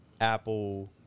Apple